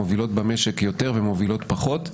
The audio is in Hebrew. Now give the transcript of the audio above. מובילות במשק יותר ומובילות פחות,